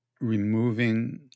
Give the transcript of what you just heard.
removing